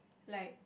like